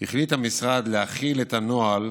החליט המשרד להחיל את הנוהל